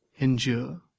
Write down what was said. endure